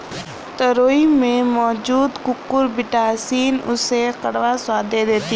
तोरई में मौजूद कुकुरबिटॉसिन उसे कड़वा स्वाद दे देती है